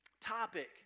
topic